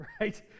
right